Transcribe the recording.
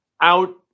out